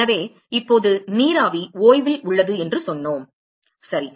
எனவே இப்போது நீராவி ஓய்வில் உள்ளது என்று சொன்னோம் சரி